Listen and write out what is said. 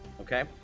Okay